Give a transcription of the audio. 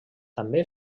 també